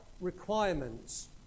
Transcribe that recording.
requirements